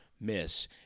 miss